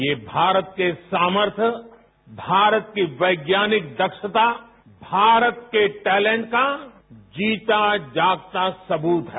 ये भारत के सामर्थ्य भारत की वैज्ञानिक दक्षता भारत के टैलेंट का जीता जागता सबूत है